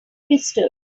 pistol